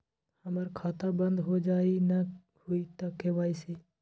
हमर खाता बंद होजाई न हुई त के.वाई.सी?